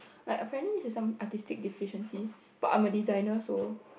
like apparently this is some artistic deficiency but I'm a designer so